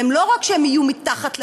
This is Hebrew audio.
לא רק שהם יהיו מתחת לרדאר,